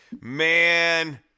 man